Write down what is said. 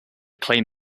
claim